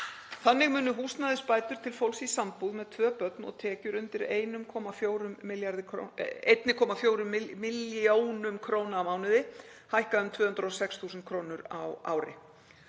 Þannig munu húsnæðisbætur til fólks í sambúð með tvö börn og tekjur undir 1,4 millj. kr. á mánuði hækka um 206.000 kr. á ári.